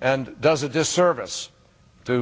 and does a disservice to